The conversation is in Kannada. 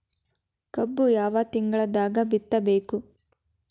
ಕಬ್ಬು ಯಾವ ತಿಂಗಳದಾಗ ಬಿತ್ತಬೇಕು?